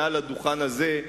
מעל הדוכן הזה,